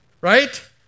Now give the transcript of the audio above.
right